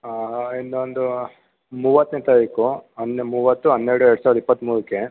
ಹಾಂ ಹಾಂ ಇನ್ನೊಂದು ಮೂವತ್ತನೇ ತಾರೀಕು ಅಂದರೆ ಮೂವತ್ತು ಹನ್ನೆರಡು ಎರಡು ಸಾವಿರದ ಇಪ್ಪತ್ತಮೂರಕ್ಕೆ